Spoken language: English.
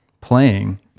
playing